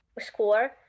score